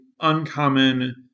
uncommon